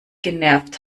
genervt